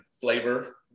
flavor